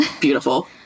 beautiful